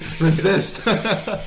resist